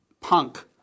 punk